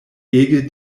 ege